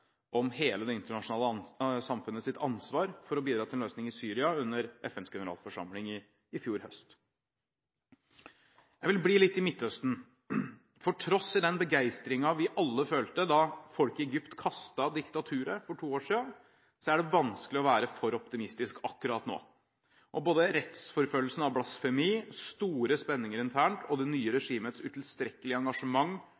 om hele det internasjonale samfunnets ansvar for å bidra til en løsning i Syria, under FNs generalforsamling i fjor høst. Jeg blir litt i Midtøsten – for til tross for den begeistringen vi alle følte da folket i Egypt kastet diktaturet for to år siden, er det vanskelig å være for optimistisk akkurat nå. Rettsforfølgelsene av blasfemi, store spenninger internt og det nye